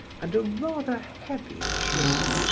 and a rather heavy chin,